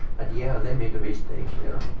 but yeah, they made a mistake here.